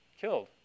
Killed